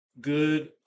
good